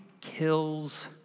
kills